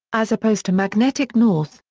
as opposed to magnetic north,